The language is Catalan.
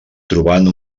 trobant